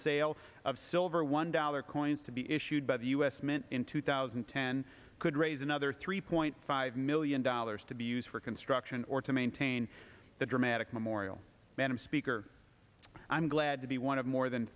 sale of silver one dollar coins to be issued by the u s mint in two thousand and ten could raise another three point five million dollars to be used for construction or to maintain the dramatic memorial madam speaker i'm glad to be one of more than